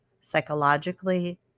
psychologically